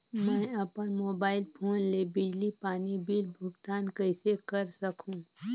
मैं अपन mobile phone ले बिजली पानी बिल भुगतान कइसे कर सकहुं?